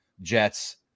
Jets